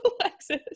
Alexis